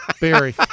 Barry